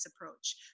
approach